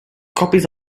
copies